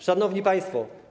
Szanowni Państwo!